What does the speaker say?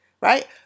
Right